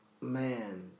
man